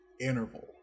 Interval